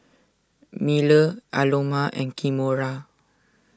Miller Aloma and Kimora